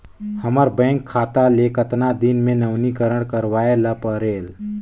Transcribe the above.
हमर बैंक खाता ले कतना दिन मे नवीनीकरण करवाय ला परेल?